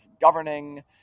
governing